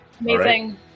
Amazing